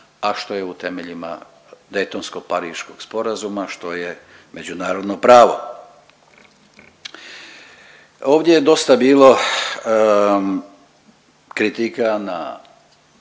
a što je u temeljima Daytonskog-pariškog sporazuma, što je međunarodno pravo. Ovdje je dosta bilo kritika na,